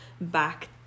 back